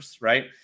right